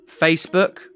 Facebook